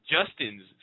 Justin's